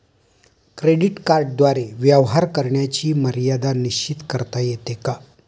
Credit कार्डद्वारे व्यवहार करण्याची मर्यादा निश्चित करता येते का?